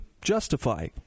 justify